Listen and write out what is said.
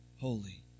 holy